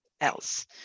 else